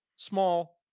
small